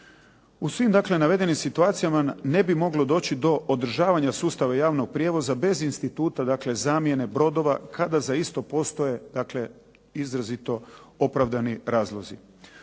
U svim dakle navedenim situacijama ne bi moglo doći do održavanja sustava javnog prijevoza bez instituta zamjene brodova kada za isto postoje izrazito opravdani razlozi.